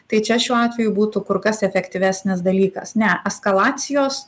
tai čia šiuo atveju būtų kur kas efektyvesnis dalykas ne eskalacijos